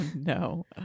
no